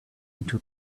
into